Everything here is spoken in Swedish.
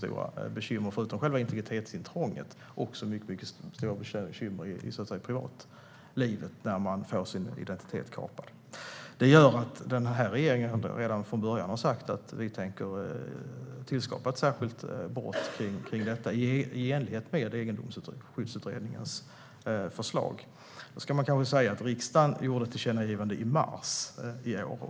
Förutom bekymret med själva identitetsintrånget får man stora bekymmer i privatlivet när man får sin identitet kapad. Det gör att vi i den här regeringen ända från början har sagt att vi tänker skapa en särskild brottsrubricering för detta i enlighet med Egendomsskyddsutredningens förslag. Man ska kanske säga att riksdagen gjorde ett tillkännagivande i mars i år.